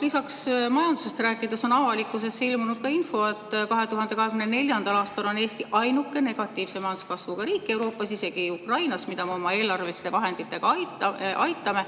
Lisaks, majandusest rääkides, avalikkusesse on ilmunud info, et 2024. aastal on Eesti ainuke negatiivse majanduskasvuga riik Euroopas. Isegi Ukrainas, mida me oma eelarveliste vahenditega, pea